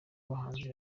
abahanzi